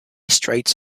straits